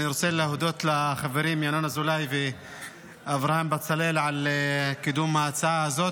אני רוצה להודות לחברים ינון אזולאי ואברהם בצלאל על קידום ההצעה הזאת.